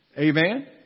Amen